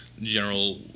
general